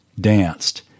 danced